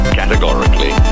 categorically